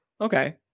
okay